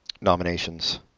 nominations